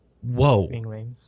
whoa